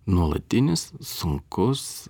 nuolatinis sunkus